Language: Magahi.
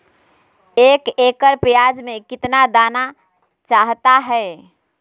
एक एकड़ प्याज में कितना दाना चाहता है?